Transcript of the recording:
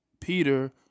peter